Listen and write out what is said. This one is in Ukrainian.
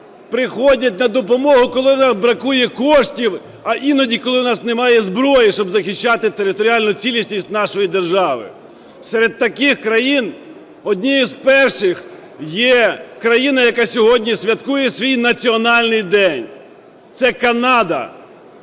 приходять на допомогу, коли нам бракує коштів, а іноді, коли у нас немає зброї, щоб захищати територіальну цілісність нашої держави. Серед таких країн, однією з перших є країна, яка сьогодні святкує свій національний день – це Канада.